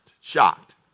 shocked